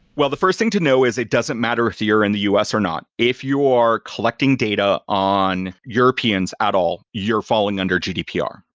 well, the first thing to know is it doesn't matter if you're in the u s. or not. if you are collecting data on europeans at all, you're falling under gdpr,